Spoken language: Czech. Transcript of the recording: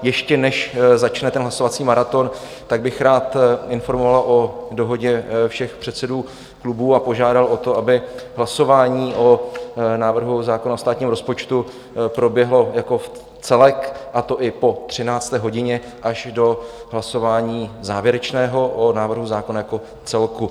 Ještě než začne ten hlasovací maraton, tak bych rád informoval o dohodě všech předsedů klubů a požádal o to, aby hlasování o návrhu zákona o státním rozpočtu proběhlo jako celek, a to i po 13. hodině až do hlasování závěrečného o návrhu zákona jako celku.